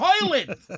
toilet